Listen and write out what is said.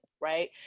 right